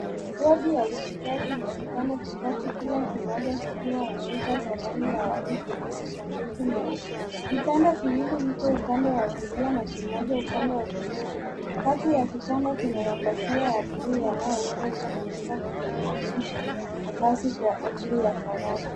Wodi ya hospitali ina vitanda vitatu kila kimoja kikiwa na shuka za rangi ya waridi na mablanketi meupe. Vitanda vingine viko upande wa kulia na kimoja upande wa kushoto. Kati ya vitanda kuna mapazia ya blue yanayoweza kutumika kutenganisha nafasi kwa ajili ya faraja.